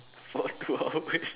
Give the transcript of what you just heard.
for two hours